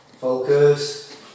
Focus